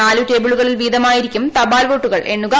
നാല് ടേബിളുകളിൽ വീതമായിരിക്കും തപാൽ വോട്ടുകൾ എണ്ണുക